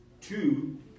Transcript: Two